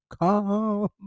come